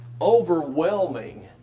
overwhelming